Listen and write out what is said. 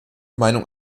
meinung